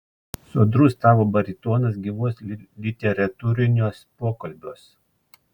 sodrus tavo baritonas gyvuos literatūriniuos pokalbiuos